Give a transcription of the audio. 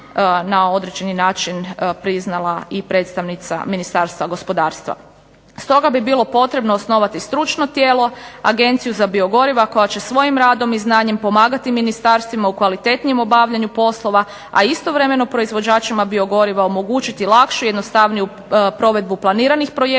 na određeni način priznala i predstavnica Ministarstva gospodarstva. Stoga bi bilo potrebno osnovati stručno tijelo, Agenciju za biogoriva koja će svojim znanjem i radom pomagati ministarstvima u kvalitetnijem obavljanju poslova a istovremeno proizvođačima biogoriva omogućiti lakšu jednostavniju provedbu planiranih projekata,